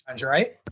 right